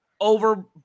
over